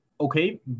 Okay